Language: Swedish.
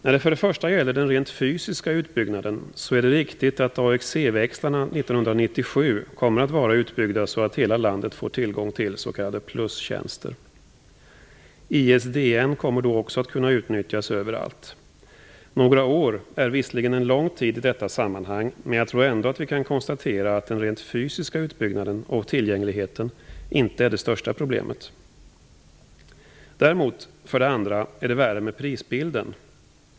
För det första när det gäller den rent fysiska utbyggnaden, är det riktigt att AXE-växlarna 1997 kommer att vara utbyggda så att hela landet får tillgång till s.k. plustjänster. ISDN kommer då också att kunna utnyttjas överallt. Några år är visserligen en lång tid i detta sammanhang, men jag tror ändå att vi kan konstatera att den rent fysiska utbyggnaden och tillgängligheten inte är det största problemet. För det andra är det värre med prisbilden.